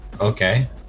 okay